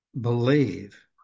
believe